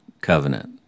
covenant